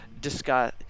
discuss